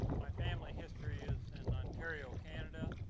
my family history is in ontario canada,